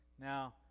Now